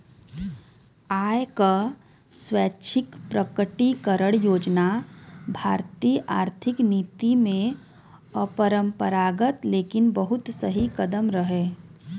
आय क स्वैच्छिक प्रकटीकरण योजना भारतीय आर्थिक नीति में अपरंपरागत लेकिन बहुत सही कदम रहे